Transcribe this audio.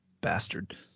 bastard